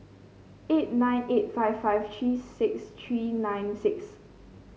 eight nine eight five five three six three nine six